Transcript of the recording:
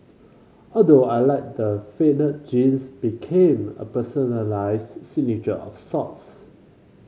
although I liked the faded jeans became a personalised signature of sorts